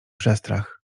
przestrach